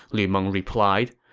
lu meng replied,